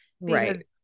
Right